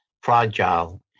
fragile